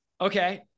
okay